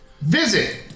Visit